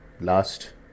last